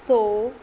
ਸੌ